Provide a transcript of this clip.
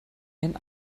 einen